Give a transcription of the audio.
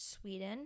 Sweden